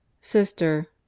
Sister